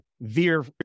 veer